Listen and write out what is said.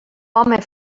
home